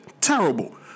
terrible